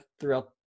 throughout